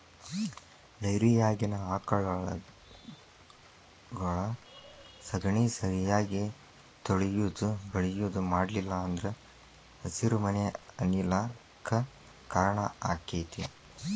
ಡೈರಿಯಾಗಿನ ಆಕಳಗೊಳ ಸಗಣಿ ಸರಿಯಾಗಿ ತೊಳಿಯುದು ಬಳಿಯುದು ಮಾಡ್ಲಿಲ್ಲ ಅಂದ್ರ ಹಸಿರುಮನೆ ಅನಿಲ ಕ್ಕ್ ಕಾರಣ ಆಕ್ಕೆತಿ